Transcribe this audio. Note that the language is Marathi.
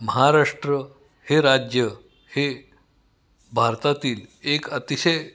महाराष्ट्र हे राज्य हे भारतातील एक अतिशय